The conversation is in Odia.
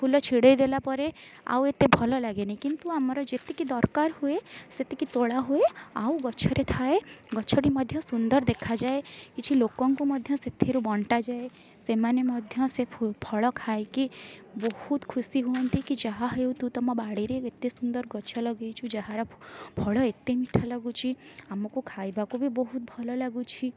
ଫୁଲ ଛିଡ଼ାଇ ଦେଲା ପରେ ଆଉ ଏତେ ଭଲ ଲାଗେନି କିନ୍ତୁ ଆମର ଯେତିକି ଦରକାର ହୁଏ ସେତିକି ତୋଳା ହୁଏ ଆଉ ଗଛରେ ଥାଏ ଗଛଟି ମଧ୍ୟ ସୁନ୍ଦର ଦେଖାଯାଏ କିଛି ଲୋକଙ୍କୁ ମଧ୍ୟ ସେଥିରୁ ବଣ୍ଟାଯାଏ ସେମାନେ ମଧ୍ୟ ସେ ଫଳ ଖାଇକି ବହୁତ ଖୁସି ହୁଅନ୍ତି କି ଯାହାହେଉ ତୁ ତମ ବାଡ଼ିରେ ଏତେ ସୁନ୍ଦର ଗଛ ଲଗାଇଛୁ ଯାହାର ଫଳ ଏତେ ମିଠା ଲାଗୁଛି ଆମକୁ ଖାଇବାକୁ ବି ବହୁତ ଭଲ ଲାଗୁଛି